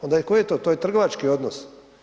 Onda koji je to, to je trgovački odnos.